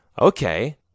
Okay